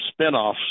spinoffs